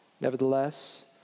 Nevertheless